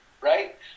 right